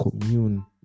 commune